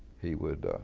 he would